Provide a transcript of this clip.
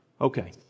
Okay